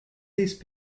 these